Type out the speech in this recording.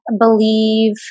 believe